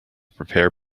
prepare